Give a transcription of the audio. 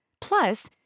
Plus